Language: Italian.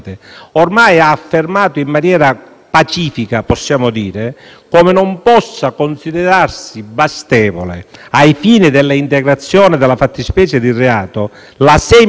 pacifica - lo possiamo dire - come non possa considerarsi bastevole, ai fini dell'integrazione della fattispecie di reato, la semplice esistenza di un patto